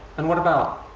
and what about